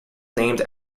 named